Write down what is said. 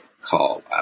call